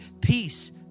peace